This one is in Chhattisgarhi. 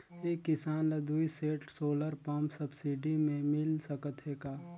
एक किसान ल दुई सेट सोलर पम्प सब्सिडी मे मिल सकत हे का?